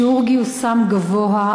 שיעור גיוסם גבוה,